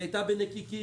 היא הייתה בנקיקים,